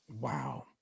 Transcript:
Wow